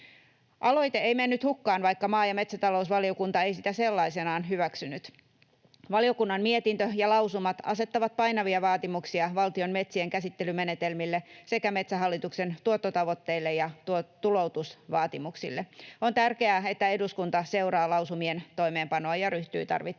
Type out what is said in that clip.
Aloite ei mennyt hukkaan, vaikka maa- ja metsätalousvaliokunta ei sitä sellaisenaan hyväksynyt. Valiokunnan mietintö ja lausumat asettavat painavia vaatimuksia valtion metsien käsittelymenetelmille sekä Metsähallituksen tuottotavoitteille ja tuloutusvaatimuksille. On tärkeää, että eduskunta seuraa lausumien toimeenpanoa ja ryhtyy tarvittaessa